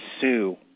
sue